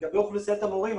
לגבי אוכלוסיית המורים,